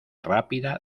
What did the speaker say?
rápida